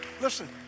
Listen